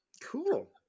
cool